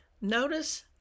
notice